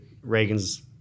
Reagan's